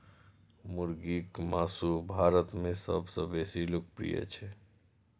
मुर्गीक मासु भारत मे सबसं बेसी लोकप्रिय छै